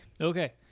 Okay